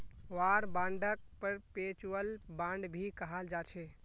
war बांडक perpetual bond भी कहाल जाछे